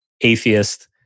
atheist